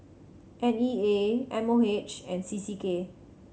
N E A M O H and C C K